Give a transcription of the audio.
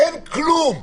אין כלום,